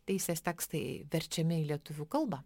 teisės tekstai verčiami į lietuvių kalbą